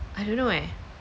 I don't know eh